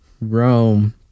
Rome